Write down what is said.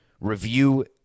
review